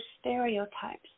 stereotypes